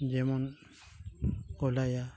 ᱡᱮᱢᱚᱱ ᱠᱚ ᱞᱟᱭᱟ